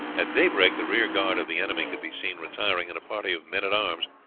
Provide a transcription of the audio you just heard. at daybreak the rear-guard of the enemy could be seen retiring, and a party of men-at-arms,